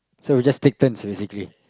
so we just take turns basically